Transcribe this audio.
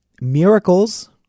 miracles